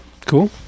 Cool